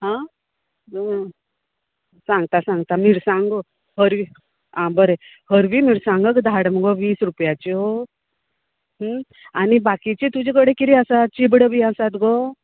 हां सांगता सांगता मिरसांगो हरव्यो आं बरें हरवीं मिरसांग धाड मुगो वीस रुपयाच्यो आनी बाकीचें तुजे कडेन कितें आसा चिबड बी आसात गो